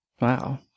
Wow